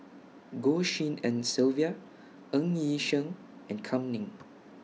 Goh Tshin En Sylvia Ng Yi Sheng and Kam Ning